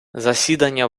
засідання